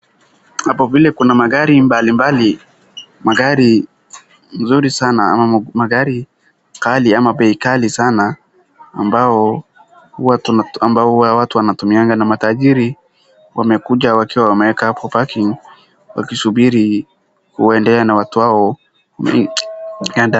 Hapo vile kuna magari mbalimbali, magari mzuri sana ama magari ghali ama bei ghali sana ambao huwa watu wanatumianga, na matajiri wamekuja wakiwa wameeka hapo parking wakisubiri kuendea na watu wao.